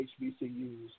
HBCUs